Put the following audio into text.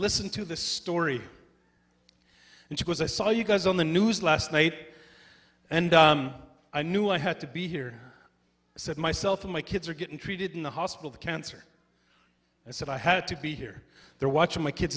n to this story and she goes i saw you guys on the news last night and i knew i had to be here said myself and my kids are getting treated in the hospital for cancer and said i had to be here they're watching my kids